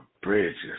Bridges